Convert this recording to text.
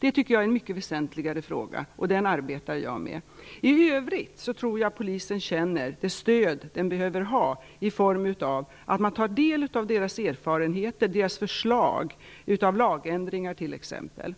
Det tycker jag är en mycket väsentligare fråga, och den arbetar jag med. I övrigt tror jag att polisen känner det stöd den behöver ha i form av att man tar del av dess erfarenheter och dess förslag till t.ex. lagändringar.